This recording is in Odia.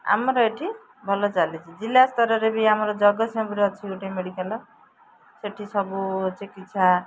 ଆମର ଏଠି ଭଲ ଚାଲିଛି ଜିଲ୍ଲାସ୍ତରରେ ବି ଆମର ଜଗତସିଂପୁର ଅଛି ଗୋଟେ ମେଡ଼ିକାଲ ସେଠି ସବୁ ଚିକିତ୍ସା